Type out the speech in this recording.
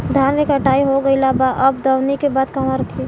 धान के कटाई हो गइल बा अब दवनि के बाद कहवा रखी?